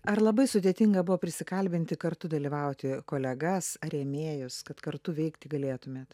ar labai sudėtinga buvo prisikalbinti kartu dalyvauti kolegas rėmėjus kad kartu veikti galėtumėt